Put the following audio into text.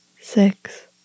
six